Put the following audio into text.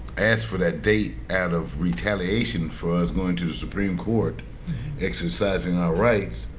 asked for that date out of retaliation for us going to the supreme court exercising our rights